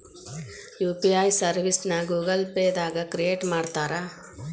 UPI ಸರ್ವಿಸ್ನ Google Pay ದಾಗ create ಮಾಡ್ತಾರಾ